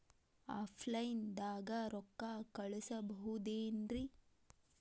Offline ದಾಗ ರೊಕ್ಕ ಕಳಸಬಹುದೇನ್ರಿ?